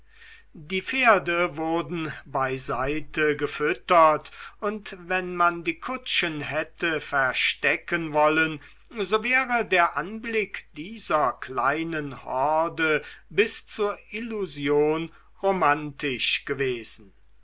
die pferde wurden beiseite gefüttert und wenn man die kutschen hätte verstecken wollen so wäre der anblick dieser kleinen horde bis zur illusion romantisch gewesen